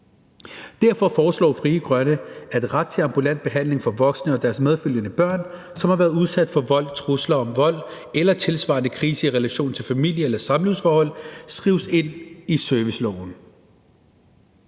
Derfor foreslår Frie Grønne, at ret til ambulant behandling for voksne og deres medfølgende børn, som har været udsat for vold, trusler om vold eller en tilsvarende krise i relation til familie- eller samlivsforhold, skrives ind i serviceloven.